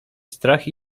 strach